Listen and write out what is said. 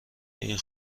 این